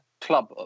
club